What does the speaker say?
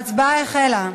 ההצבעה החלה.